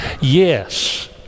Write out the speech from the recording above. Yes